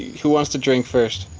who wants to drink first?